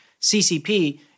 CCP –